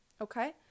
okay